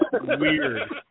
weird